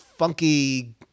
Funky